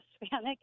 Hispanic